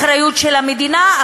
אחריות של המדינה,